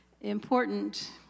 important